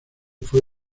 fue